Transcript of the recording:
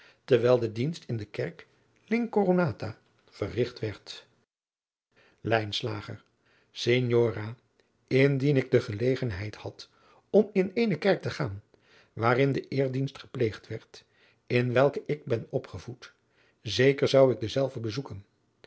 terwijl de dienst in de kerk l'incoronata verrigt werd lijnslager signora indien ik de gelegenheid had om in eene kerk te gaan waarin de eerdienst gepleegd werd in welken ik ben opgevoed zeker zou ik dezelve bezoeken